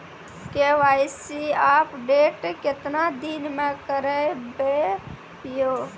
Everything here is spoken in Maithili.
के.वाई.सी अपडेट केतना दिन मे करेबे यो?